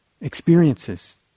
experiences